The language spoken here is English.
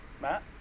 Matt